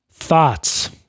Thoughts